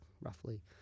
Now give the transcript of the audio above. roughly